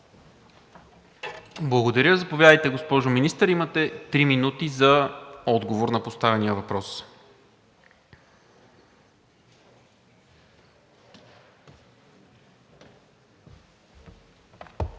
Благодаря. Заповядайте, госпожо Министър – имате 3 минути за отговор на поставения въпрос.